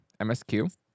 MSQ